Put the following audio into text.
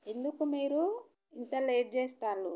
ఎందుకు మీరు ఇంత లేట్ చేస్తున్నారు